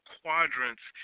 quadrants